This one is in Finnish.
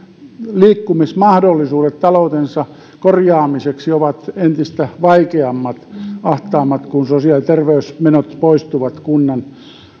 liikkumismahdollisuudet taloutensa korjaamiseksi ovat entistä vaikeammat ja ahtaammat kun sosiaali ja terveysmenot poistuvat kunnan